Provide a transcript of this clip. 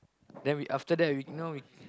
then we after that we you know we